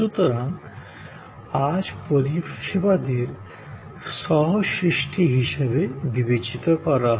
সুতরাং আজ পরিষেবাদের কো ক্রিয়েশন বা সহ সৃষ্টি হিসাবে গণ্য করা হয়